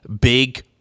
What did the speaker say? big